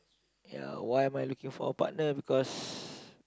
ya why am I looking for a partner because